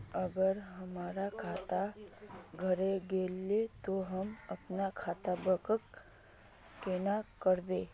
अगर हमर खाता हेरा गेले ते हम अपन खाता ब्लॉक केना करबे?